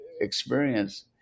experience